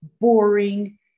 boring